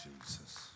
Jesus